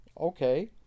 okay